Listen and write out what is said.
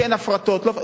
כן הפרטות, לא,